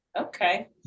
okay